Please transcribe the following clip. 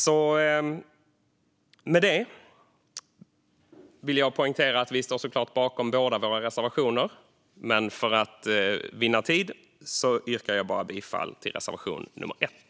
Jag vill poängtera att vi såklart står bakom båda våra reservationer, men för att vinna tid yrkar jag bifall endast till reservation 1.